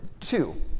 two